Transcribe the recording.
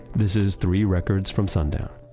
this is three records from sundown.